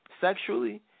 Sexually